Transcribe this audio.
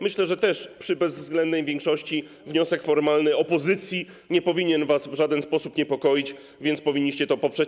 Myślę, że przy bezwzględnej większości również wniosek formalny opozycji nie powinien was w żaden sposób niepokoić, więc powinniście to poprzeć.